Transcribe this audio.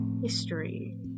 history